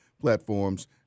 platforms